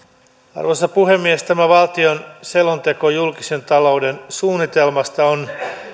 arvoisa puhemies tämä valtioneuvoston selonteko julkisen talouden suunnitelmasta on